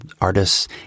artists